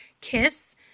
KISS